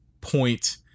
point